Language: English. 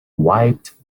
wiped